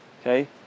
okay